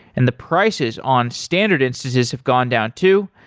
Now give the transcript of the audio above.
and the prices on standard instances have gone down too.